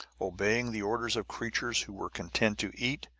obeying the orders of creatures who were content to eat,